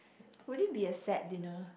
would it be a sad dinner